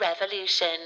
Revolution